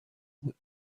بود